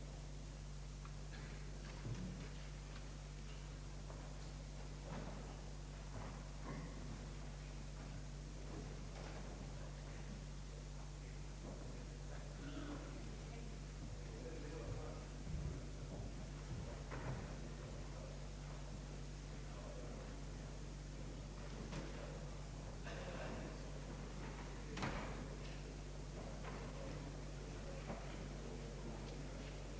Det sades då att det inte är möjligt att främja naturvården på det generella sättet, som motionerna föreslagit, utan insatserna borde i stället göras via naturvårdspolitiken. Det beslutet gäller fortfarande. Jag ber, herr talman, med detta att få yrka bifall till utskottets hemställan. Mot bakgrund av en utveckling, som innebure, att parkeringsärenden i allt större utsträckning måste avskrivas därför att det icke kunde ledas i bevis vem som fört fordonet, hade i denna proposition bland annat föreslagits ett straffansvar för fordonsägaren.